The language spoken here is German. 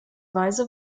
weise